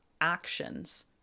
actions